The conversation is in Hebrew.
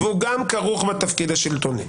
והוא גם כרוך בתפקיד השלטוני.